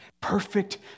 Perfect